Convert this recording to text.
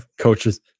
coaches